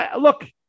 look